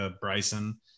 Bryson